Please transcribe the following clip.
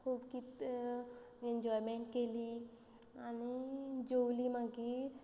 खूब किद एन्जॉयमेंट केली आनी जेवली मागीर